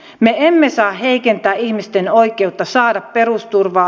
me emme saa heikentää ihmisten oikeutta saada perusturvaa